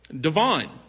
divine